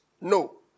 No